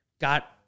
Got